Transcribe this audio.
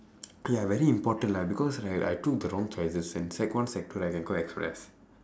ya very important lah because like I took the wrong choices when sec one sec two I can go express